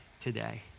today